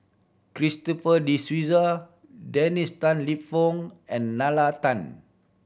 Christopher De Souza Dennis Tan Lip Fong and Nalla Tan